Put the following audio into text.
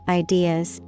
ideas